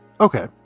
Okay